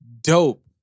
dope